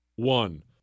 One